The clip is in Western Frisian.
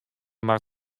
mar